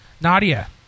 Nadia